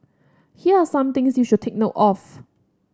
here are some things you should take note of